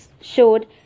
showed